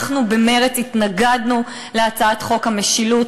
אנחנו במרצ התנגדנו להצעת חוק המשילות,